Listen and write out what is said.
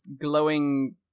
glowing